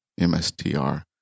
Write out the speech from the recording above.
MSTR